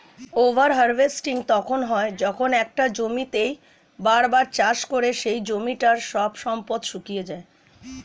over harvesting তখন হয় যখন একটা জমিতেই বার বার চাষ করে সেই জমিটার সব সম্পদ শুষিয়ে যায়